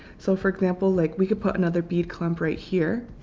so for example, like we could put another bead clump right here